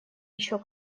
еще